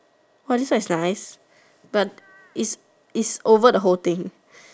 !wah! this one nice but it's it's over the whole thing